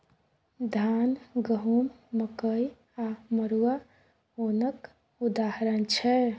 धान, गहुँम, मकइ आ मरुआ ओनक उदाहरण छै